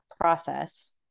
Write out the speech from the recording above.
process